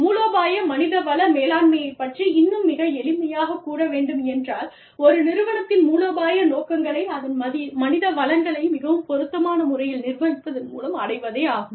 மூலோபாய மனித வள மேலாண்மையைப் பற்றி இன்னும் மிக எளிமையாகக் கூற வேண்டும் என்றால் ஒரு நிறுவனத்தின் மூலோபாய நோக்கங்களை அதன் மனித வளங்களை மிகவும் பொருத்தமான முறையில் நிர்வகிப்பதன் மூலம் அடைவதே ஆகும்